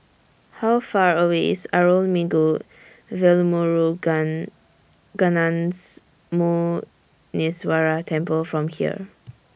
How Far away IS Arulmigu Velmurugan Gnanamuneeswarar Temple from here